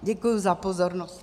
Děkuji za pozornost.